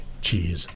Cheers